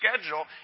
schedule